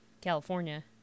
california